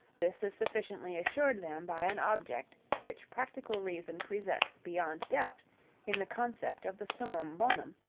this is sufficiently assured them by an object which practical reason presents beyond doubt in the concept of the summum bonum,